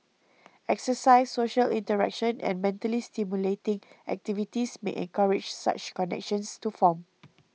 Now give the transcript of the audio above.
exercise social interaction and mentally stimulating activities may encourage such connections to form